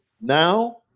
Now